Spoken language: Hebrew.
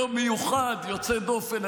יום מיוחד, יוצא דופן.